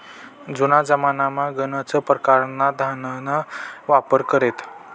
जुना जमानामा गनच परकारना धनना वापर करेत